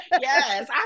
Yes